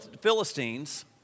Philistines